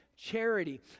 Charity